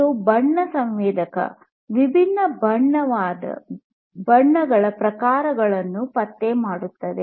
ಇದು ಬಣ್ಣ ಸಂವೇದಕ ಭಿನ್ನವಾದ ಬಣ್ಣಗಳ ಪ್ರಕಾರಗಳನ್ನು ಪತ್ತೆ ಮಾಡುತ್ತದೆ